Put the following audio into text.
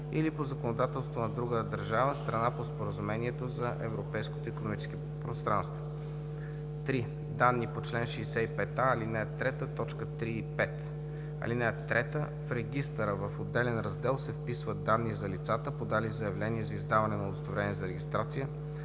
или по законодателство на друга държава – страна по Споразумението за Европейското икономическо пространство; 3. данни по чл. 65а, ал. 3, т. 3 и 5. (3) В регистъра, в отделен раздел се вписват данни за лицата, подали заявление за издаване на удостоверение за регистрация,